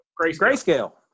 Grayscale